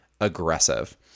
aggressive